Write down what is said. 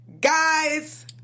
Guys